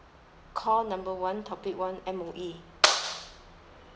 call number one topic one M_O_E